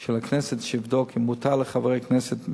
של הכנסת לבדוק אם מותר לחברי כנסת,